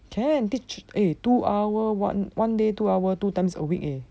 can teach eh two hour one one day two hours two times a week eh